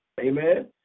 Amen